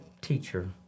teacher